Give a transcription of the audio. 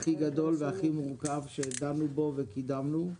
הכי גדול והכי מורכב שדנו בו וקידמנו.